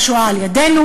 הזכרת השואה על-ידינו,